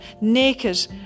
naked